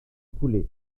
poulet